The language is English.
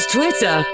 Twitter